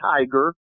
Tiger